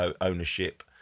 ownership